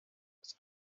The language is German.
das